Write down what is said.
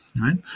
right